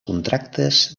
contractes